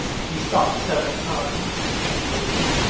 he stopped several times and waited.